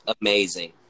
amazing